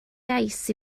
gais